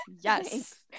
yes